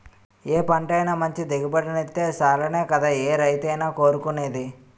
ఏ పంటైనా మంచి దిగుబడినిత్తే సాలనే కదా ఏ రైతైనా కోరుకునేది?